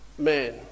man